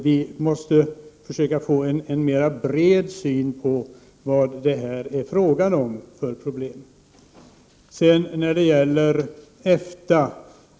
Vi måste försöka att i en större bredd se vad det är fråga om för problem.